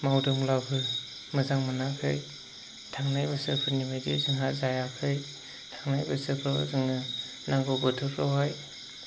मावदोंब्लाबो मोजां मोनाखै थांनाय बोसोरफोरबायदि जोंहा जायाखै थांनाय बोसोरफ्राव जोङो नांगौ बोथोरफ्रावहाय